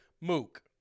Mook